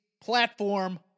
platform